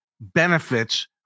benefits